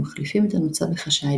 ומחליפים את הנוצה בחשאי,